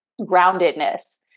groundedness